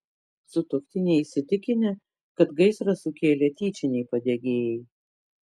sutuoktiniai įsitikinę kad gaisrą sukėlė tyčiniai padegėjai